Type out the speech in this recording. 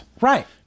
right